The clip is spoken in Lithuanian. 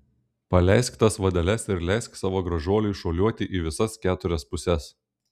paleisk tas vadeles ir leisk savo gražuoliui šuoliuoti į visas keturias puses